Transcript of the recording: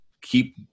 keep